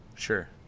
sure